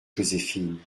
joséphine